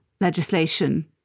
legislation